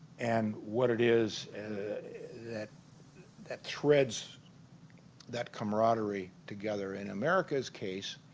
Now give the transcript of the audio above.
and what it is that that threads that camaraderie together in america's case